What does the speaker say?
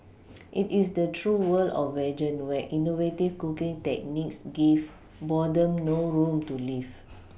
it is the true world of vegan where innovative cooking techniques give boredom no room to live